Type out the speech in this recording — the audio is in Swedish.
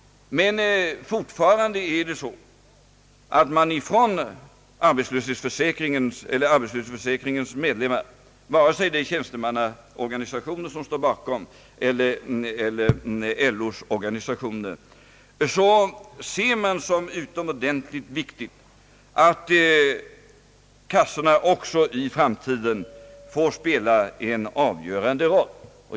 Men fortfarande anser arbetslöshetsförsäkringens medlemmar — vare sig de tillhör tjänstemannaorganisationer eller LO-förbund — att det är utomordentligt viktigt att kassorna också i framtiden får spela en avgörande roll.